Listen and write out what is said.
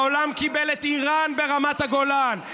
העולם קיבל את איראן ברמת הגולן.